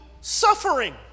suffering